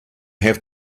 have